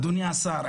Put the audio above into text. אדוני השר,